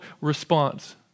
response